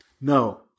No